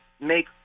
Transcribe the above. make